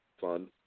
fun